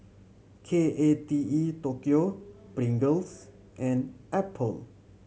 K A T E Tokyo Pringles and Apple